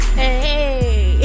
hey